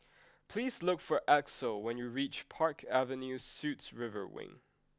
please look for Axel when you reach Park Avenue Suites River Wing